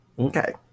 Okay